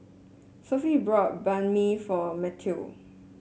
Sophie bought Banh Mi for Mateo